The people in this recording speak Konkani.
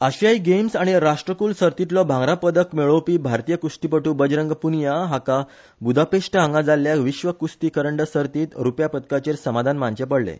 आशिया गेम्स आनी राष्ट्रकुल सर्तीतलो भांगरा पदक मेळोवपी भारतीय कुस्तीपट्ट बजरंग पुनिया हाका बुधापेस्ट हांगा जाल्ल्या विश्व कुस्ती करंडक सर्तीत रुप्या पदकाचेर समाधान मानचे पडलें